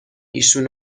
ایشون